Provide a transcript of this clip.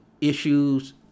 issues